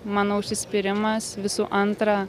mano užsispyrimas visų antra